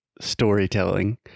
storytelling